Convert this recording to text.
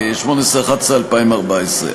18 בנובמבר 2014,